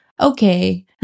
okay